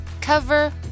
cover